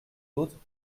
d’autres